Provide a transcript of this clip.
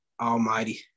Almighty